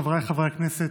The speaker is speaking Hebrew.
חבריי חברי הכנסת,